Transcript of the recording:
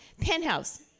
penthouse